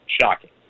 Shocking